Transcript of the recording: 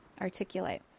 articulate